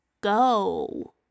go